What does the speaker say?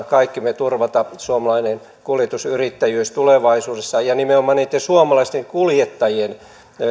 kaikki yhteisesti haluamme turvata suomalaisen kuljetusyrittäjyyden tulevaisuudessa ja nimenomaan niitten suomalaisten kuljettajien